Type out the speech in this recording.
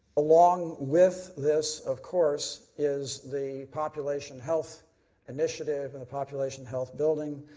along with this, of course, is the population health initiative in the population health buildings.